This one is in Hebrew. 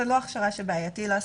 זו לא הכשרה שבעייתי לעשות,